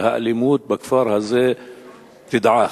והאלימות בכפר הזה תדעך.